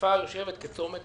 חיפה יושבת כצומת